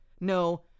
No